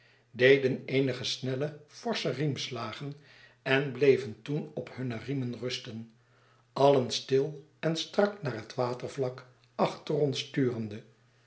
deden eenige snelle forsche riemslagen en bleven toen op hunne riemen rusten alien stil en strak naar het watervlak achter ons turende